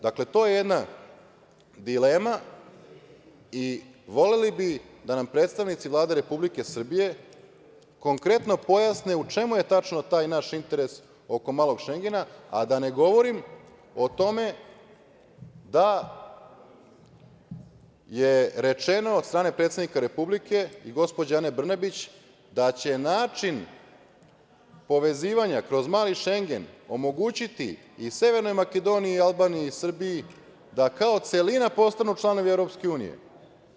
Dakle, to je jedna dilema i voleli bismo da nam predstavnici Vlade Republike Srbije konkretno pojasne u čemu je tačno taj naš interes oko „malog Šengena“, a da ne govorim o tome da je rečeno od strane predsednika Republike i gospođe Ane Brnabić da će način povezivanja kroz „mali Šengen“ omogućiti i Severnoj Makedoniji i Albaniji i Srbiji da kao celina postanu članovi Evropske unije.